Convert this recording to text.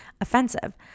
offensive